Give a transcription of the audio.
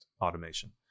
automation